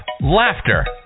laughter